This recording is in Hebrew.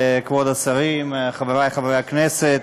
חברי חברי הכנסת,